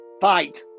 Fight